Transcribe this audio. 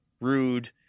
rude